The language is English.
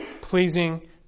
pleasing